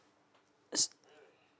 it's